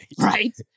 right